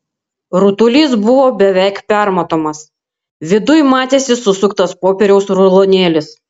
rutulys buvo beveik permatomas viduj matėsi susuktas popieriaus rulonėlis